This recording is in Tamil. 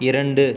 இரண்டு